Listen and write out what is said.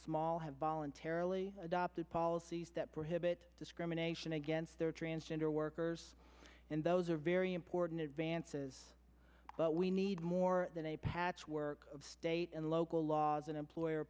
small have voluntarily adopted policies that prohibit discrimination against their transgender workers and those are very important advances but we need more than a patchwork of state and local laws and employer